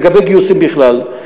לגבי גיוסים בכלל,